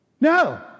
no